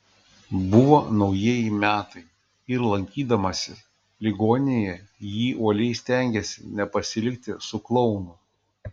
buvo naujieji metai ir lankydamasi ligoninėje ji uoliai stengėsi nepasilikti su klounu